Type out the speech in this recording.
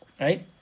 Right